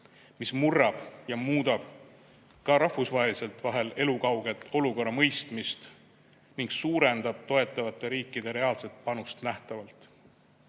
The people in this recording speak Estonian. mis murrab ja muudab ka rahvusvaheliselt vahel elukauget olukorra mõistmist ning suurendab toetavate riikide reaalset panust nähtavalt. Inimeste